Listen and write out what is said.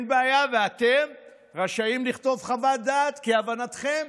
ואתם רשאים לכתוב חוות דעת כהבנתכם,